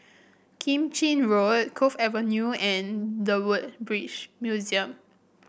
Keng Chin Road Cove Avenue and The Woodbridge Museum